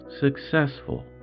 successful